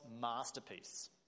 masterpiece